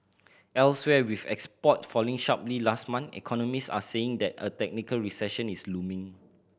elsewhere with export falling sharply last month economist are saying that a technical recession is looming